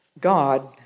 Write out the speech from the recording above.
God